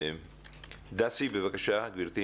בבקשה, דסי בארי.